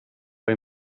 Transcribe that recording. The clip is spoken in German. bei